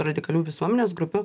radikalių visuomenės grupių